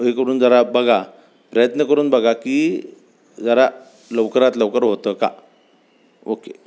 हे करून जरा बघा प्रयत्न करून बघा की जरा लवकरात लवकर होतं का ओके